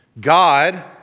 God